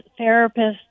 therapists